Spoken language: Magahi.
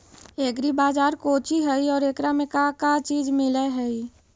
एग्री बाजार कोची हई और एकरा में का का चीज मिलै हई?